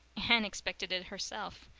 anne expected it herself.